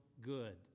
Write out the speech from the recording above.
good